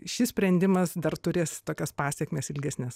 šis sprendimas dar turės tokias pasekmes ilgesnes